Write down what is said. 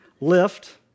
lift